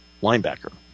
linebacker